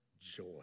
joy